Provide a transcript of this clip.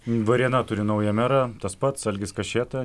varėna turi naują merą tas pats algis kašėta